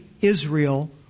Israel